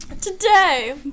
Today